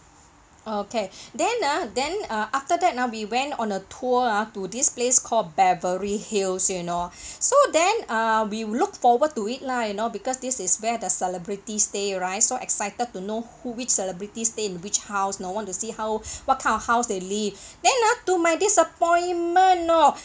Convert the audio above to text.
okay then ah then uh after that ah we went on a tour ah to this place called beverly hills you know so then uh we're looked forward to it lah you know because this is where the celebrities stay right so excited to know who which celebrities stay in which house you know want to see how what kind of house they lived then ah to my disappointment you know